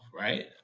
right